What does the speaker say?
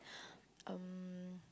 um